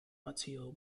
mateo